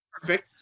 perfect